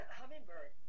hummingbird